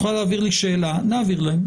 את מוזמנת להעביר לי שאלה ונעביר להם.